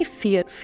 fear